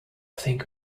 think